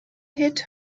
hit